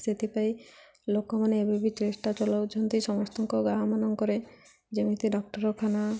ସେଥିପାଇଁ ଲୋକମାନେ ଏବେବି ଚେଷ୍ଟା ଚଲଉଛନ୍ତି ସମସ୍ତଙ୍କ ଗାଁମାନଙ୍କରେ ଯେମିତି ଡାକ୍ତରଖାନା